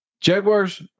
Jaguars